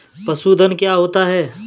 पशुधन क्या होता है?